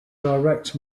direct